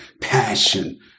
passion